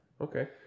okay